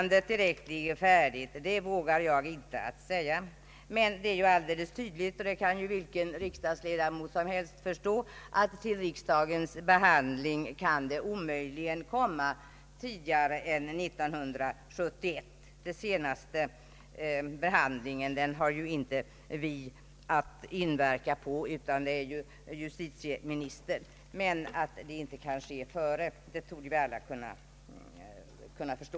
Jag vågar inte säga när betänkandet kommer att föreligga, men vilken riksdagsledamot som helst kan förstå att förslaget inte kan komma upp till behandling i riksdagen förrän tidigast 1971. Vi kan inte inverka på det sista skedet av behandlingen. Det är justitieministerns sak.